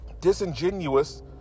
disingenuous